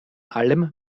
allem